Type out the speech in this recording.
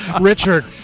Richard